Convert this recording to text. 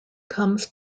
comes